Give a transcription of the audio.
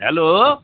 hello